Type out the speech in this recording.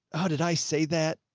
oh, did i say that?